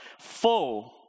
full